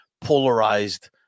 polarized